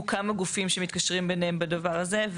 כמה גופים שמתקשרים ביניהם בדבר הזה.